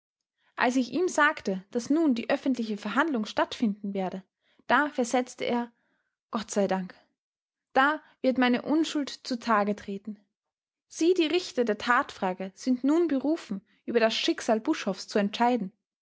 als ich ihm sagte daß nun die öffentliche verhandlung stattfinden werde da versetzte er gott sei dank da wird meine unschuld zutage treten sie die richter der tatfrage sind nun berufen über das schicksal buschhoffs zu entscheiden